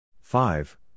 Five